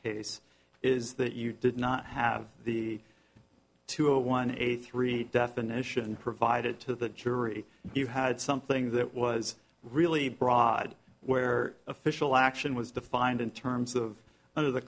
case is that you did not have the two a one eighty three definition provided to the jury you had something that was really broad where official action was defined in terms of under the